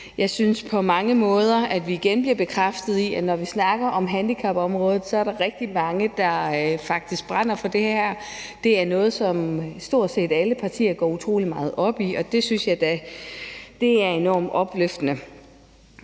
Jeg synes på mange måder, at vi igen bliver bekræftet i, at når vi snakker om handicapområdet, er der rigtig mange, der faktisk brænder for det her. Det er noget, som stort set alle partier går utrolig meget op i, og det synes jeg da er enormt opløftende.